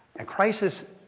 and crisis,